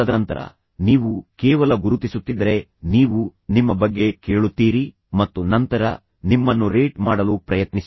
ತದನಂತರ ನೀವು ಕೇವಲ ಗುರುತಿಸುತ್ತಿದ್ದರೆ ನೀವು ನಿಮ್ಮ ಬಗ್ಗೆ ಕೇಳುತ್ತೀರಿ ಮತ್ತು ನಂತರ ನಿಮ್ಮನ್ನು ರೇಟ್ ಮಾಡಲು ಪ್ರಯತ್ನಿಸಿ